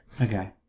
Okay